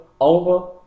over